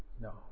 No